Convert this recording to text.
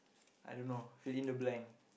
I don't know fill in the blank